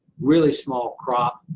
really small crop.